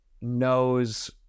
knows